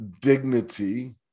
dignity